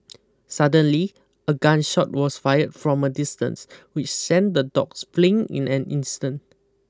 suddenly a gun shot was fired from a distance which sent the dogs fleeing in an instant